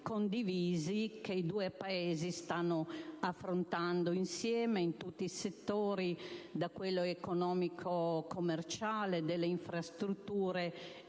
condivisi, che i due Paesi stanno affrontando insieme, in tutti i settori, da quello economico-commerciale a quello delle infrastrutture